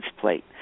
plate